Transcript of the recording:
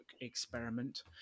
experiment